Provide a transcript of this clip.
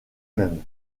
même